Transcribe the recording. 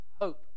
hope